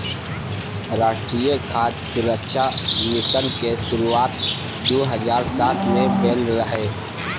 राष्ट्रीय खाद्य सुरक्षा मिशन के शुरुआत दू हजार सात मे भेल रहै